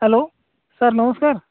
hello sir ନମସ୍କାର